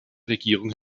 regierung